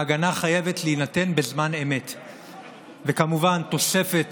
ההגנה חייבת להינתן בזמן אמת וכמובן, תוספת